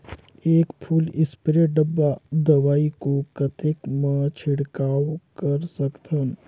एक full spray डब्बा दवाई को कतेक म छिड़काव कर सकथन?